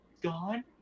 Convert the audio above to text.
gone